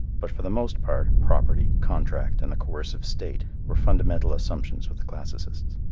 but for the most part property, contract and the coercive state were fundamental assumptions with the classicists.